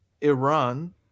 Iran